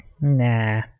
Nah